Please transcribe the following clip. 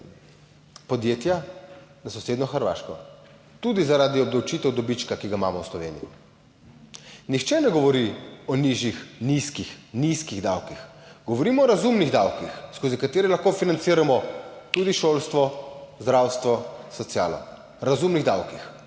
podjetja v sosednjo Hrvaško, tudi zaradi obdavčitev dobička, ki ga imamo v Sloveniji. Nihče ne govori o nizkih davkih, govorimo o razumnih davkih, skozi katere lahko financiramo tudi šolstvo, zdravstvo, socialo, o razumnih davkih.